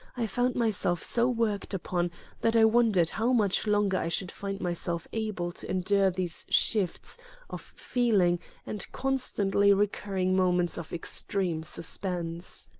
i found myself so worked upon that i wondered how much longer i should find myself able to endure these shifts of feeling and constantly recurring moments of extreme suspense.